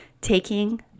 taking